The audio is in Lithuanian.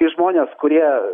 tai žmonės kurie